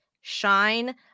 shine